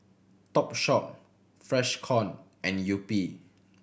Topshop Freshkon and Yupi